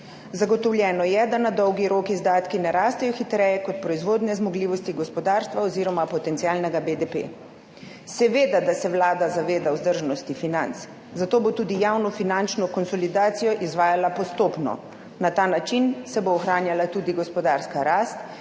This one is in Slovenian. Zagotovljeno je, da na dolgi rok izdatki ne rastejo hitreje kot proizvodne zmogljivosti gospodarstva oziroma potencialnega BDP. Seveda, da se Vlada zaveda vzdržnosti financ, zato bo tudi javno finančno konsolidacijo izvajala postopno, na ta način se bo ohranjala tudi gospodarska rast